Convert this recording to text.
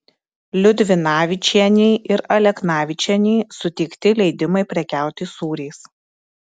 liudvinavičienei ir aleknavičienei suteikti leidimai prekiauti sūriais